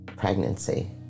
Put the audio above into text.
pregnancy